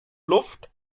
luft